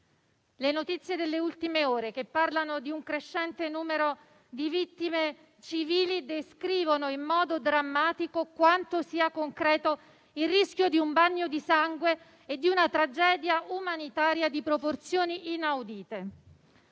Le notizie delle ultime ore che parlano di un crescente numero di vittime civili descrivono in modo drammatico quanto sia concreto il rischio di un bagno di sangue e di una tragedia umanitaria di proporzioni inaudite.